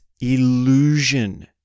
illusion